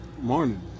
Morning